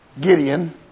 Gideon